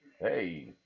Hey